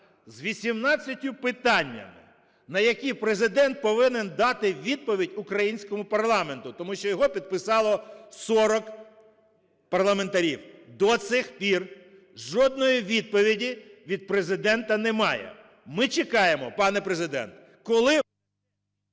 з 18 питаннями, на які Президент повинен дати відповідь українському парламенту, тому що його підписало 40 парламентарів. До сих пір жодної відповіді від Президента немає. Ми чекаємо, пане Президент, коли…